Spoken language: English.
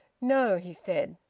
no, he said.